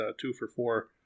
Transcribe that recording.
two-for-four